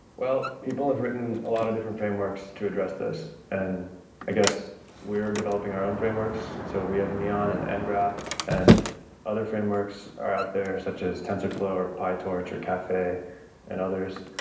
well, people have written a lot of different frameworks to address this and i guess we are developing our own frameworks, so we have neon and ngraph and other frameworks are out there such as tensorflow or pytorch or caffe and others.